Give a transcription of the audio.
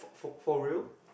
for for real